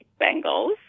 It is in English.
Bengals